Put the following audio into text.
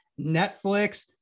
Netflix